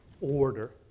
order